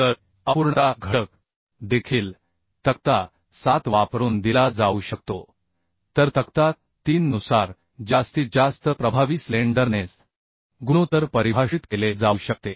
तर अपूर्णता घटक देखील तक्ता 7 वापरून दिला जाऊ शकतो तर तक्ता 3 नुसार जास्तीत जास्त प्रभावी स्लेंडरनेस गुणोत्तर परिभाषित केले जाऊ शकते